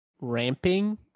ramping